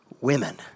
women